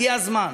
הגיע הזמן